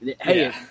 Hey